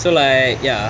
so like ya